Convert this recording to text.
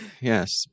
Yes